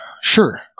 sure